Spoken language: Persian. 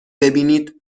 ببینیدهمه